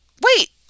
wait